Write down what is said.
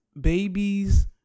babies